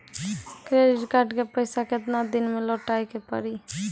Credit card के पैसा केतना दिन मे लौटाए के पड़ी?